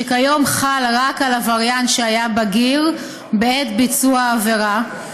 שכיום חל רק על עבריין שהיה בגיר בעת ביצוע העבירה,